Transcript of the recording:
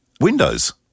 Windows